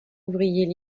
ouvriers